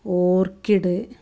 orchid